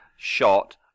shot